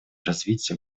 развития